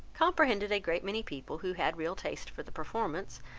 comprehended a great many people who had real taste for the performance,